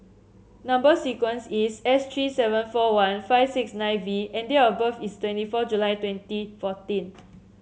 number sequence is S three seven four one five six nine V and date of birth is twenty four July twenty fourteen